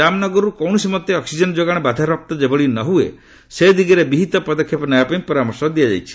ଜାମ୍ନଗରରୁ କୌଣସି ମତେ ଅକ୍ଟିଜେନ୍ ଯୋଗାଣ ବାଧାପ୍ରାପ୍ତ ଯେଭଳି ନ ହୁଏ ସେ ଦିଗରେ ବିହିତ ପଦକ୍ଷେପ ନେବା ପାଇଁ ପରାମର୍ଶ ଦିଆଯାଇଛି